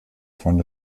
von